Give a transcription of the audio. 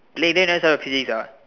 play then never study physics ah